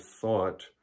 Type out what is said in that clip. thought